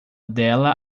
dela